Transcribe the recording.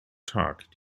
tag